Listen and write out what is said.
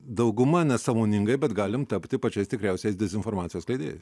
dauguma nesąmoningai bet galim tapti pačiais tikriausiais dezinformacijos skleidėjai